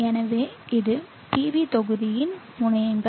எனவே இது PV தொகுதியின் முனையங்கள்